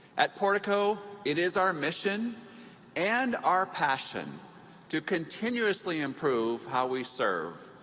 at portico, it is our mission and our passion to continuously improve how we serve,